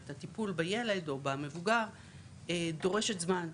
את הטיפול בילד או במבוגר זו פעולה שדורשת זמן.